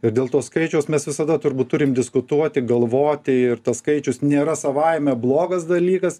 ir dėl to skaičiaus mes visada turbūt turim diskutuoti galvoti ir tas skaičius nėra savaime blogas dalykas